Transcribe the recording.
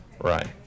Right